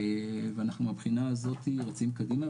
ואנחנו מהבחינה הזאת רצים קדימה.